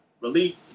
relief